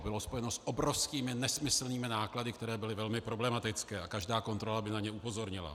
Bylo spojeno s obrovskými, nesmyslnými náklady, které byly velmi problematické, a každá kontrola by na ně upozornila.